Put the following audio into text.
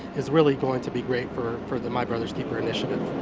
is really going to be great for for the my brother's keeper initiative.